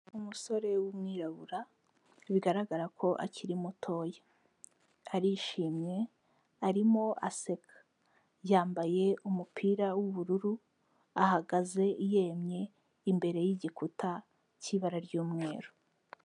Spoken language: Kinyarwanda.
Umusore w'umwirabura bigaragara ko akiri mutoya. Arishimye arimo aseka. Yambaye umupira w'ubururu, ahagaze yemye imbere y'igikuta cy'ibara ry'umweru.